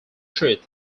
truth